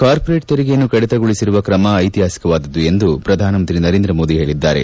corporate ತೆರಿಗೆಯನ್ನು ಕಡಿತಗೊಳಿಸಿರುವ ತ್ರಮ ಐತಿಪಾಸಿಕವಾದದ್ದು ಎಂದು ಪ್ರಧಾನಮಂತ್ರಿ ನರೇಂದ್ರ ಮೋದಿ ಹೇಳಿದ್ದಾರೆ